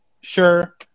Sure